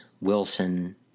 Wilson